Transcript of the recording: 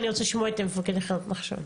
אני רוצה לשמוע את מפקד יחידת נחשון.